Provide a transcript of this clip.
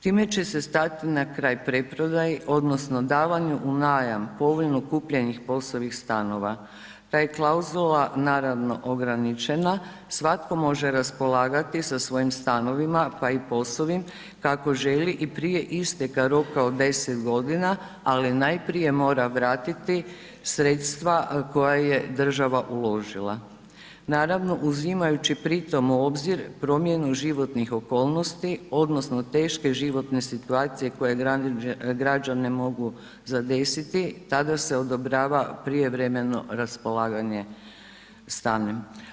Time će se stat na kraj preprodaji odnosno davanju u najam povoljno kupljenih POS-ovih stanova, ta je klauzula naravno ograničena, svatko može raspolagati sa svojim stanovima, pa i POS-ovim kako želi i prije isteka roka od 10.g., ali najprije mora vratiti sredstva koja je država uložila, naravno uzimajući pri tom u obzir promjenu životnih okolnosti odnosno teške životne situacije koje građane mogu zadesiti, tada se odobrava prijevremeno raspolaganje stanom.